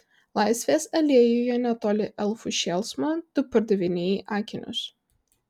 laisvės alėjoje netoli elfų šėlsmo tu pardavinėji akinius